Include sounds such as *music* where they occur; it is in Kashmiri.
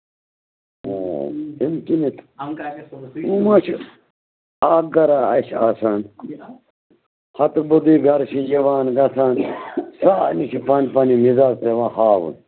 آ *unintelligible* یِمو ما چھُ اکھ گرا اَسہِ آسان ہَتہٕ بوٚدُے گرٕ چھِ یِوان گژھان سارنٕے چھِ پَنٕنہِ پَنٕنہِ مِزاز پٮ۪وان ہاوُن